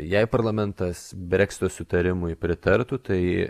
jei parlamentas breksito susitarimui pritartų tai